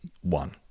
One